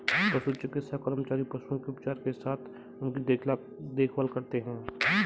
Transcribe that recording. पशु चिकित्सा कर्मचारी पशुओं के उपचार के साथ उनकी देखभाल करते हैं